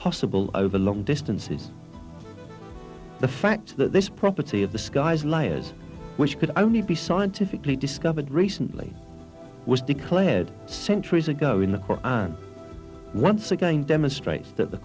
possible over long distances the fact that this property of the sky which could only be scientifically discovered recently was declared centuries ago in the once again demonstrates th